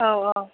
औ औ